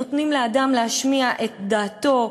נותנות לאדם להשמיע את דעתו,